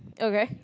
okay